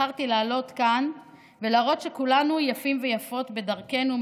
בחרתי לעלות כאן ולהראות שכולנו יפים ויפות בדרכנו,